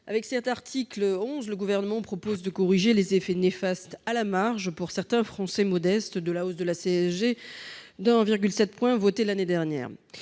Avec cet article 11, le Gouvernement propose de corriger les effets néfastes à la marge, pour certains Français modestes, de la hausse de la CSG de 1,7 point votée l'année dernière.